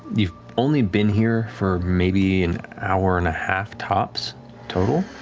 you've only been here for maybe an hour and a half tops total,